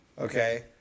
Okay